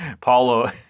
Paulo